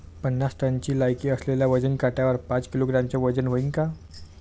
पन्नास टनची लायकी असलेल्या वजन काट्यावर पाच किलोग्रॅमचं वजन व्हईन का?